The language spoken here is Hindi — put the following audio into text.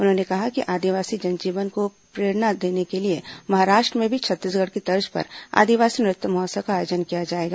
उन्होंने कहा कि आदिवासी जनजीवन को प्रेरणा देने के लिए महाराष्ट्र में भी छत्तीसगढ़ की तर्ज पर आदिवासी नृत्य महोत्सव का आयोजन किया जाएगा